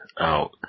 out